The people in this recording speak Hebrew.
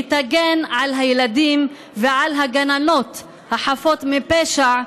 היא תגן על הילדים ועל הגננות החפות מפשע,